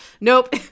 nope